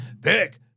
Pick